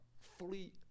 fully